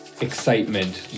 excitement